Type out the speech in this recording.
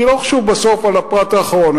לא חשוב בסוף על הפרט האחרון,